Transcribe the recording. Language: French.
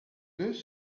deux